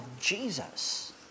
Jesus